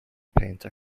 painter